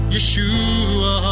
Yeshua